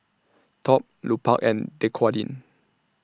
Top Lupark and Dequadin